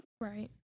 Right